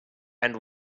and